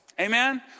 Amen